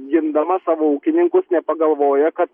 gindama savo ūkininkus nepagalvoja kad